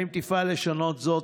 3. האם תפעל לשנות זאת?